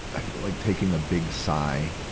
i feel like taking a big sigh.